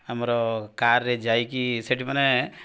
ଆମର କାର୍ରେ ଯାଇକି ସେଇଠି ମାନେ